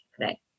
today